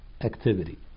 activity